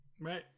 Right